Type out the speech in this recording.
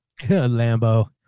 Lambo